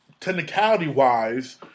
technicality-wise